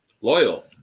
loyal